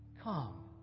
come